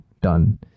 done